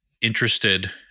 interested